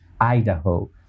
Idaho